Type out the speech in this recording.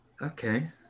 Okay